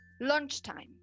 lunchtime